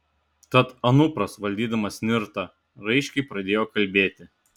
tad anupras valdydamas nirtą raiškiai pradėjo kalbėti